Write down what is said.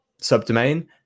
subdomain